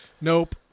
Nope